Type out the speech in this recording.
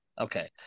Okay